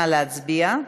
נא להצביע.